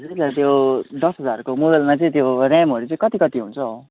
हजुरलाई त्यो दस हजारको मोबाइलमा चाहिँ त्यो ऱ्यामहरू चाहिँ कति कति हुन्छ हौ